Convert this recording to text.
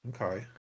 Okay